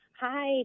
Hi